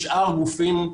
שאר הגופים,